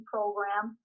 Program